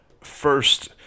first